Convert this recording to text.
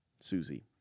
Susie